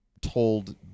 told